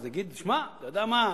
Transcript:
אז יגיד: שמע, אתה יודע מה?